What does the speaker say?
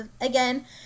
again